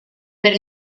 per